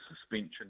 suspension